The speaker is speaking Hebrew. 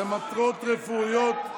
למטרות רפואיות,